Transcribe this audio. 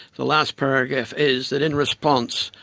the last paragraph is that, in response,